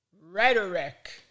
rhetoric